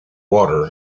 water